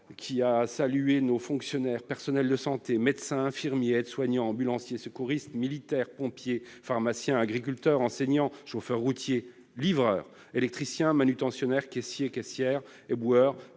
qui a salué nos fonctionnaires, personnels de santé, médecins, infirmiers, aides-soignants, ambulanciers, secouristes, militaires, pompiers, pharmaciens, agriculteurs, enseignants, chauffeurs routiers, livreurs, électriciens, manutentionnaires, caissiers, caissières, éboueurs,